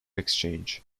exchange